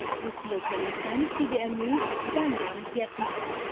lucille talusan, cbn news, da nang, vietnam.